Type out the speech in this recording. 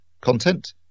content